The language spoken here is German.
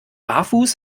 barfuß